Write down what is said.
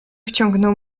wciągnął